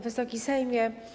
Wysoki Sejmie!